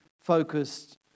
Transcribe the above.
focused